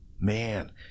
man